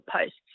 posts